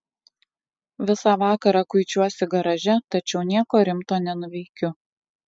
visą vakarą kuičiuosi garaže tačiau nieko rimto nenuveikiu